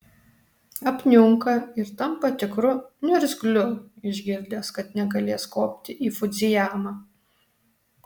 apniunka ir tampa tikru niurzgliu išgirdęs kad negalės kopti į fudzijamą